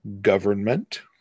government